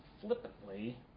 flippantly